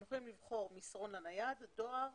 הם יכולים לבחור מסרון לנייד, דואר